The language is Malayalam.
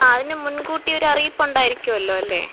ആ അതിന് മുൻകൂട്ടി ഒരു അറിയിപ്പ് ഉണ്ടായിരിക്കുമല്ലോ അല്ലേ